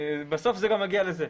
בסוף זה גם מגיע לזה.